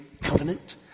covenant